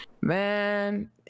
man